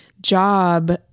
job